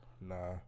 Nah